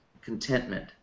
contentment